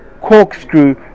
corkscrew